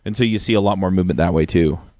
and so you see a lot more movement that way too.